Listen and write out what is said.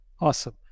Awesome